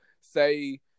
say